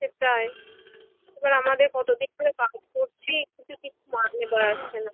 সেটাই এবার আমাদের কতো দিক থেকে কাজ করছি কিন্তু কিছু মাইনে বাড়াচ্ছে না